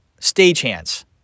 Stagehands